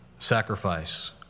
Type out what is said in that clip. sacrifice